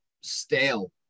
stale